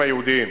היהודיים.